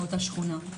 מאותה שכונה.